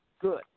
good